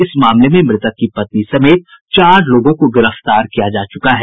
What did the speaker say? इस मामले में मृतक की पत्नी समेत चार लोगों को गिरफ्तार किया जा चुका है